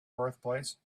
birthplace